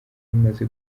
imaze